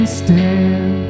stand